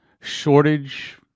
shortage